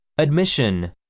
admission